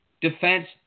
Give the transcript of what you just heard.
defense